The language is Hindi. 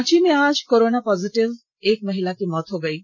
रांची में आज कोरोना पॉजिटिव एक महिला की मौत हो गई है